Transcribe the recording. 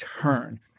turn